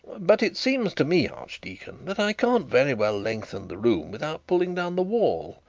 but it seems to me, archdeacon, that i can't very well lengthen the room without pulling down the wall,